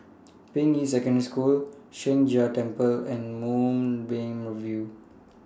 Ping Yi Secondary School Sheng Jia Temple and Moonbeam View